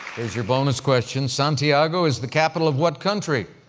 here's your bonus question. santiago is the capital of what country?